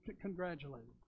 congratulated